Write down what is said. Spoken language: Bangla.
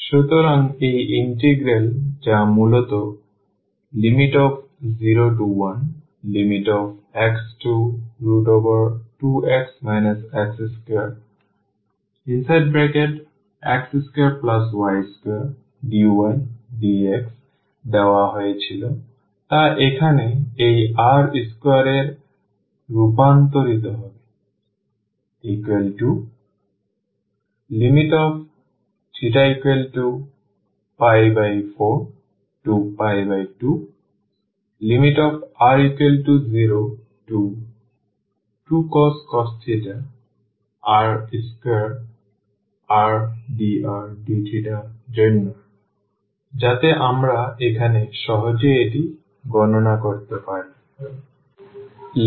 সুতরাং এই ইন্টিগ্রাল যা মূলত 01x2x x2x2y2dy dx দেওয়া হয়েছিল তা এখানে এই r স্কোয়ার এ রূপান্তরিত হবে θ42r02cos r2rdrdθ জন্য যাতে আমরা এখন সহজেই এটি গণনা করতে পারি